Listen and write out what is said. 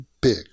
big